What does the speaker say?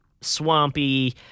swampy